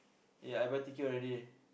eh I buy ticket already